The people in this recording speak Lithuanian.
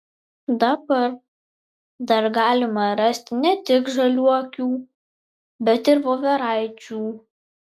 dabar dar galima rasti ne tik žaliuokių bet ir voveraičių